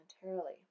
voluntarily